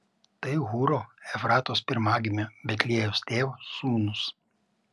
tai hūro efratos pirmagimio betliejaus tėvo sūnūs